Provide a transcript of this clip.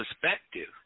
perspective